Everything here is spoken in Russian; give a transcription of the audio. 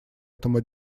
этому